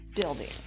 building